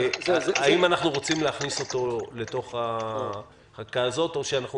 האם אנחנו רוצים להכניס אותו לחקיקה הזאת או שאנחנו